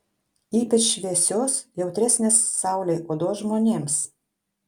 ypač šviesios jautresnės saulei odos žmonėms